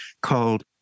called